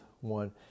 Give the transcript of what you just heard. one